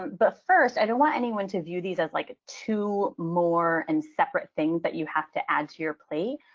but first, i don't want anyone to view these as like two more and separate things that you have to add to your plate.